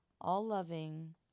all-loving